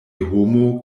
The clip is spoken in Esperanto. homo